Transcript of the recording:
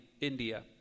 India